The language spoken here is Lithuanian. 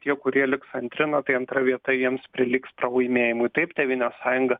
tie kurie liks antri na tai antra vieta jiems prilygs pralaimėjimui taip tėvynės sąjunga